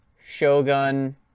Shogun